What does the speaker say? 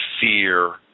fear